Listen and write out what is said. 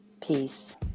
Peace